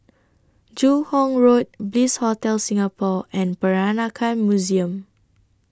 Joo Hong Road Bliss Hotel Singapore and Peranakan Museum